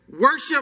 Worship